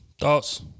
Thoughts